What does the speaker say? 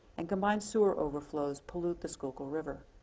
and combined sewer overflows pollute the skookle river.